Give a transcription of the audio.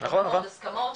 והסכמות.